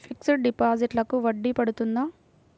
Fixed డిపాజిట్లకు వడ్డీ పడుతుందా?